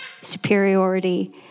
superiority